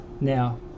now